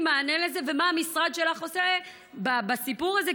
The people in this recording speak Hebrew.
מענה לזה ומה המשרד שלך עושה בסיפור הזה,